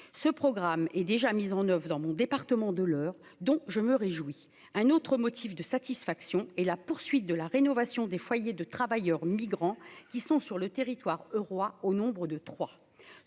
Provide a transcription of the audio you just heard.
ce programme est déjà mise en oeuvre dans mon département de l'Eure, dont je me réjouis un autre motif de satisfaction et la poursuite de la rénovation des foyers de travailleurs migrants qui sont sur le territoire Eurois au nombre de 3